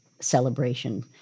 celebration